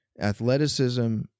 athleticism